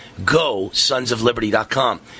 GoSonsOfLiberty.com